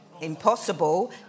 impossible